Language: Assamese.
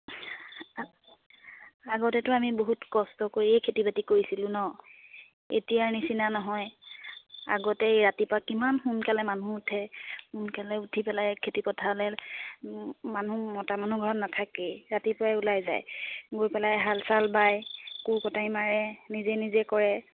আগতেতো আমি বহুত কষ্ট কৰিয়ে খেতি বাতি কৰিছিলোঁ ন এতিয়াৰ নিচিনা নহয় আগতে ৰাতিপুৱা কিমান সোনকালে মানুহ উঠে সোনকালে উঠি পেলাই খেতিপথাৰলৈ মানুহ মতা মানুহ ঘৰত নেথাকেই ৰাতিপুৱাই ওলাই যায় গৈ পেলাই হাল চাল বায় কোৰ কটাৰী মাৰে নিজে নিজে কৰে